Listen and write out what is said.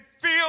feel